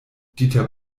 dieter